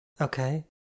Okay